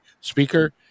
speaker